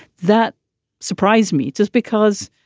that surprised me just because